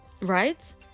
Right